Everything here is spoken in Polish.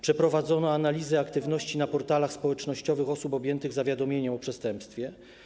Przeprowadzono analizę aktywności na portalach społecznościowych osób objętych zawiadomieniem o przestępstwie.